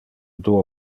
duo